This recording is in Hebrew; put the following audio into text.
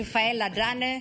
רפאל עדנה,